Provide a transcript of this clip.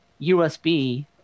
USB